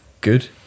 good